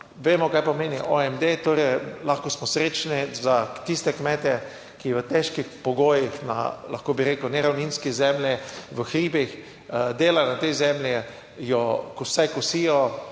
vemo kaj pomeni OMD. Torej lahko smo srečni za tiste kmete, ki v težkih pogojih na, lahko bi rekel, neravninski zemlji, v hribih, delajo na tej zemlji, jo vsaj kosijo